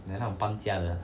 like 那种搬家的